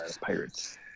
Pirates